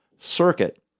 circuit